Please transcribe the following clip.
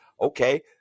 okay